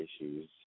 issues